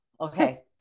okay